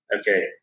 Okay